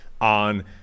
on